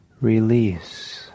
release